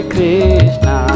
Krishna